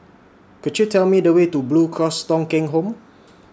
Could YOU Tell Me The Way to Blue Cross Thong Kheng Home